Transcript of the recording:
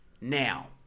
Now